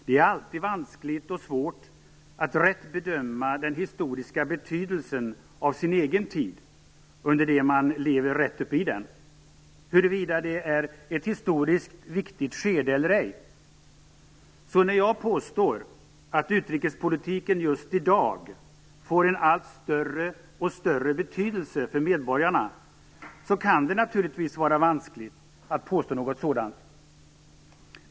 Det är alltid vanskligt och svårt att rätt bedöma den historiska betydelsen av sin egen tid under det man lever rätt upp i den - huruvida den är ett historiskt viktigt skede eller ej. Så när jag påstår att utrikespolitiken just i dag får en allt större betydelse för medborgarna kan det naturligtvis vara vanskligt att påstå något sådant.